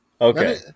Okay